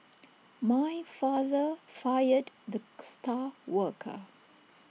my father fired the star worker